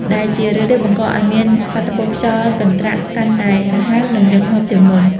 ដែលជារឿយៗបង្កឱ្យមានបាតុភូតខ្យល់កន្ត្រាក់កាន់តែសាហាវ និងញឹកញាប់ជាងមុន។